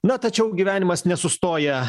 na tačiau gyvenimas nesustoja